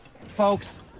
Folks